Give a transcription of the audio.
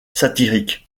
satirique